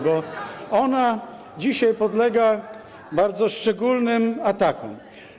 bo ona dzisiaj podlega bardzo szczególnym atakom.